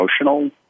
emotional